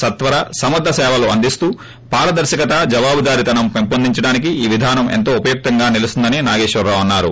సత్వర సమర్గ సేవలు అందిస్తూ పారదర్చకత జవాబుదారీతనం పెంపొందించడానికి ఈ విధానం ఎంతో ఉపయుక్తంగా నిలుస్తుందని నాగేశ్వరరావు అన్నారు